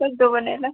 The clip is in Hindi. सर दो वनेला